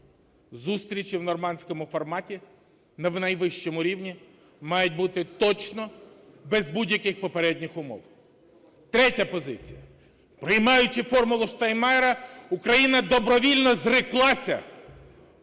зустрічі в "нормандському форматі" на найвищому рівні мають бути точно без будь-яких попередніх умов. Третя позиція. Приймаючи "формулу Штайнмайєра", Україна добровільно зреклася